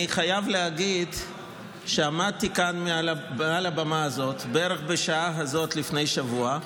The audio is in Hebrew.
אני חייב להגיד שעמדתי כאן מעל הבמה הזאת בערך בשעה הזאת לפני שבוע,